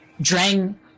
Drang